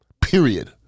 period